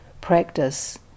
practice